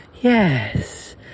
yes